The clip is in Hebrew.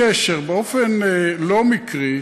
יש קשר באופן לא מקרי,